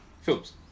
Films